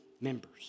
members